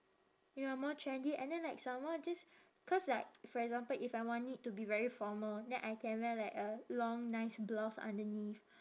ya more trendy and then like some more just cause like for example if I want it to be very formal then I can wear like a long nice blouse underneath